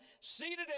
seated